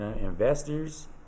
investors